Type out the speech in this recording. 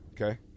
Okay